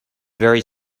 very